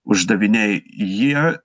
uždaviniai jie